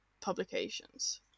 publications